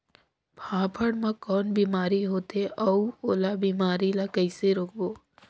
फाफण मा कौन बीमारी होथे अउ ओला बीमारी ला कइसे रोकबो?